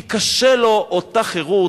כי קשה לו אותה חירות,